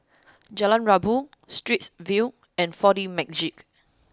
Jalan Rabu Straits View and four D Magix